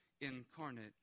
incarnate